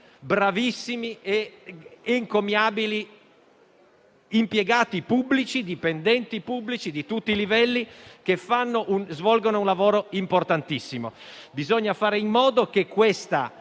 bravissimi ed encomiabili dipendenti pubblici di tutti i livelli, che svolgono un lavoro importantissimo. Bisogna fare in modo che questo